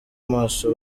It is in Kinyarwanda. maso